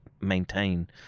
maintain